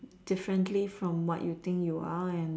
differently from what you think you are and